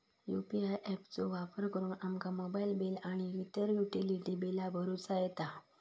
UPI app चो वापर करुन आमका मोबाईल बिल आणि इतर युटिलिटी बिला भरुचा येता